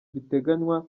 biteganywa